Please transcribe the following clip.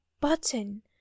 button